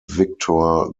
victor